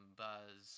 buzz